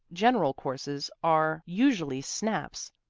general courses are usually snaps,